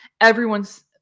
everyone's